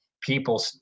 people